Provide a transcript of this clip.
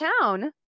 town